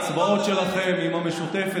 ההצבעות שלכם עם המשותפת,